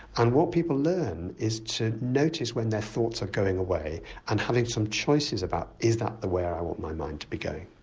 and what people learn is to notice when their thoughts are going away and having some choices about is that the way i want my mind to be going?